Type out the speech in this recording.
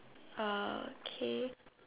okay